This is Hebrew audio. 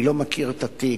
אני לא מכיר את התיק,